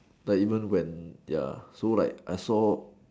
but every when ya so like I saw